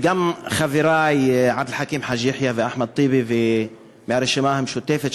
וגם חברי עבד אל חכים חאג' יחיא ואחמד טיבי והרשימה המשותפת